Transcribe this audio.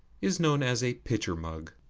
is known as a pitcher-mug.